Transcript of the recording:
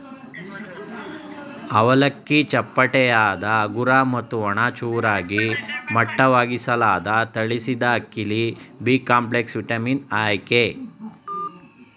ಅವಲಕ್ಕಿ ಚಪ್ಪಟೆಯಾದ ಹಗುರ ಮತ್ತು ಒಣ ಚೂರಾಗಿ ಮಟ್ಟವಾಗಿಸಲಾದ ತಳಿಸಿದಅಕ್ಕಿಲಿ ಬಿಕಾಂಪ್ಲೆಕ್ಸ್ ವಿಟಮಿನ್ ಅಯ್ತೆ